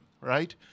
right